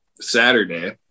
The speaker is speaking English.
Saturday